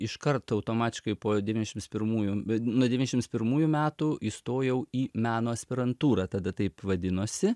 iškart automatiškai po devyniašims pirmųjų nuo devyniašims pirmųjų metų įstojau į meno aspirantūrą tada taip vadinosi